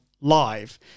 live